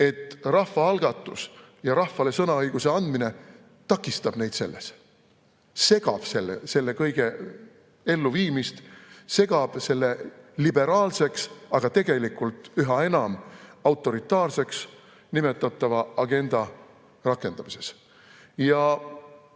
et rahvaalgatus ja rahvale sõnaõiguse andmine takistab neid selles, segab selle kõige elluviimist, see segab selle liberaalseks, aga tegelikult üha enam autoritaarseks nimetatava agenda rakendamises. Ja